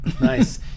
Nice